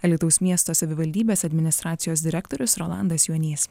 alytaus miesto savivaldybės administracijos direktorius rolandas juonys